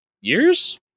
years